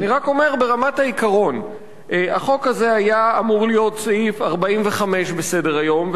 אני רק אומר ברמת העיקרון: החוק הזה היה אמור להיות סעיף 45 בסדר-היום,